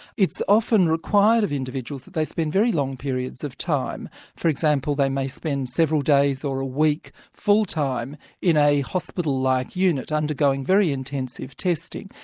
it's often required of individuals that they spend very long periods of time for example, they may spend several days or a week full-time in a hospital-like unit undergoing very intensive testing.